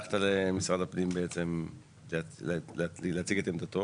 הבטחת למשרד הפנים בעצם להציג את עמדתו